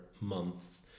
months